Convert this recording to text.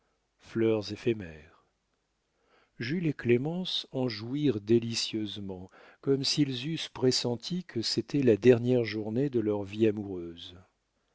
fleurs éphémères jules et clémence en jouirent délicieusement comme s'ils eussent pressenti que c'était la dernière journée de leur vie amoureuse